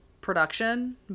production